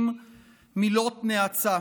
עם מילות נאצה.